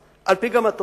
סעיף בגידה נמדד,